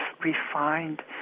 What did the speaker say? refined